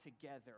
together